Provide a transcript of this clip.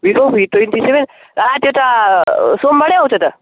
Vivo भी twenty seven ला त्यो त सोमवार नै आउँछ त